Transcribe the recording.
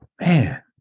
man